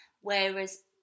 Whereas